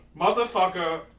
Motherfucker